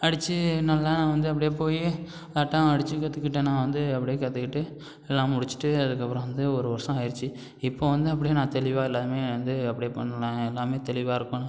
அடிச்சு நல்லா நான் வந்து அப்படியே போய் வட்டம் அடிச்சு கற்றுக்கிட்டேன் நான் வந்து அப்படியே கற்றுக்கிட்டு எல்லாம் முடிச்சுட்டு அதுக்கப்புறம் வந்து ஒரு வருஷம் ஆயிடுச்சு இப்போது வந்து அப்படியே நான் தெளிவாக எல்லாமே வந்து அப்படியே பண்ணணும் நாங்கள் எல்லாம் தெளிவாக இருக்கணும்